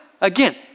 again